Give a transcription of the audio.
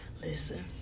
listen